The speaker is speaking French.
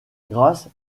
grâce